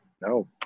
no